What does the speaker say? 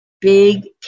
big